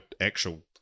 actual